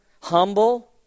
humble